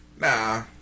Nah